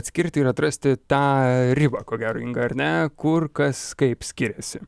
atskirti ir atrasti tą ribą ko gero inga ar ne kur kas kaip skiriasi